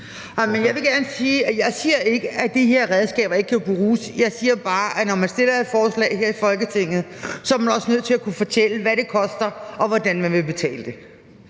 Jeg vil gerne sige, at jeg ikke siger, at de her redskaber ikke kan bruges. Jeg siger bare, at når man fremsætter et forslag her i Folketinget, er man også nødt til at kunne fortælle, hvad det koster, og hvordan man vil betale det.